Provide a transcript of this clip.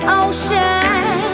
ocean